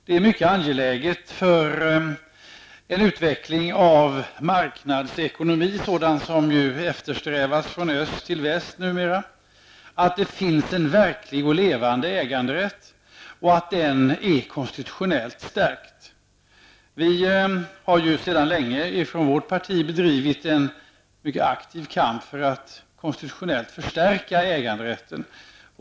Det är mycket angeläget för en utveckling av marknadsekonomi, den som numera eftersträvas från öst till väst, att det finns en verklig och levande äganderätt som är konstitutionellt stärkt. Mitt parti har sedan länge drivit en mycket aktiv kamp för att konstitutionellt förstärka äganderätten.